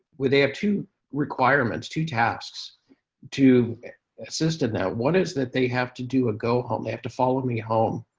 they have two requirements, two tasks to assist in that. one is that they have to do a go-home. they have to follow me home,